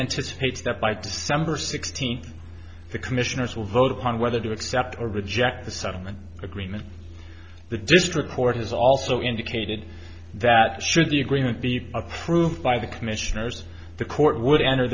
anticipates that by december sixteenth the commissioners will vote on whether to accept or reject the settlement agreement the district court has also indicated that should the agreement be approved by the commissioners the court would enter